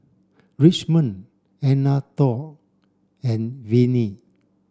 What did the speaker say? Richmond Anatole and Venie